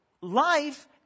life